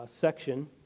section